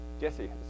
Jesse